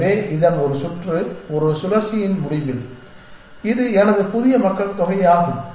எனவே இதன் ஒரு சுற்று ஒரு சுழற்சியின் முடிவில் இது எனது புதிய மக்கள் தொகை ஆகும்